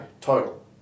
total